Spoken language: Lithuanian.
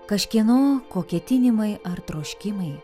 kažkieno ko ketinimai ar troškimai